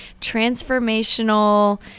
transformational